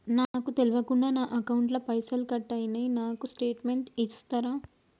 నాకు తెల్వకుండా నా అకౌంట్ ల పైసల్ కట్ అయినై నాకు స్టేటుమెంట్ ఇస్తరా?